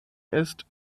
ist